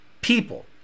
people